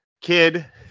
Kid